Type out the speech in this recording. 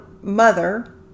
mother